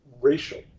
racial